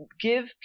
give